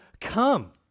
come